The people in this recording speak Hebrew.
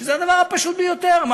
שזה הדבר הפשוט ביותר?